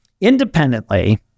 independently